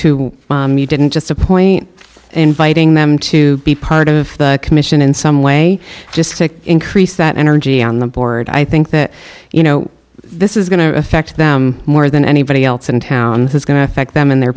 who didn't just appoint inviting them to be part of the commission in some way just to increase that energy on the board i think that you know this is going to affect them more than anybody else in town is going to affect them and their